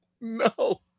no